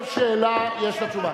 כל שאלה יש עליה תשובה.